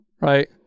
right